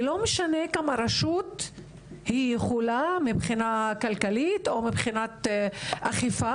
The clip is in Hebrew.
ולא משנה כמה רשות היא יכולה מבחינה כלכלית או מבחינת אכיפה.